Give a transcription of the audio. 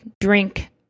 drink